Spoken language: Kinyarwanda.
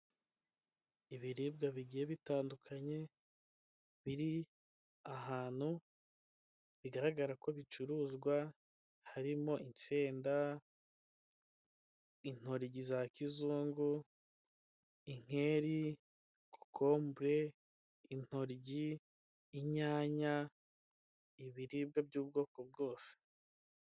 Ibiribwa bigiye bitandukanye biri ahantu bigaragara ko bicuruzwa, harimo insenda, intoryi za kizungu, inkeri, kokombure, intoryi, inyanya, ibiribwa by'ubwoko bwose.